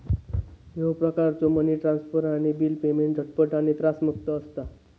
ह्यो प्रकारचो money transfer आणि बिल पेमेंट झटपट आणि त्रासमुक्त असता